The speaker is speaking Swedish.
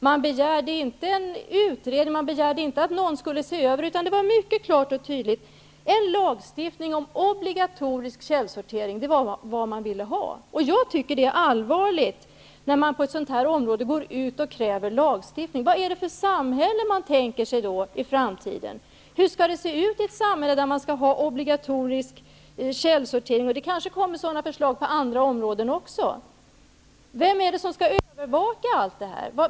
Man begärde inte en utredning, utan vad man föreslog var mycket klart och entydigt en lagstiftning om obligatorisk källsortering. Jag tycker att det är allvarligt när man på ett sådant här område kräver lagstiftning. Vad är det för samhälle man tänker sig i framtiden. Hur skall det se ut i ett samhälle där man har obligatorisk källsortering? Det kanske kommer liknande förslag även på andra områden. Vem skall övervaka allt detta?